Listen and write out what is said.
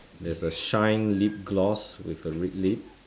there's a shine lip gloss with a red lip